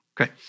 okay